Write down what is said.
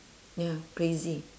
ya crazy